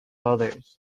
others